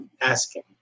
asking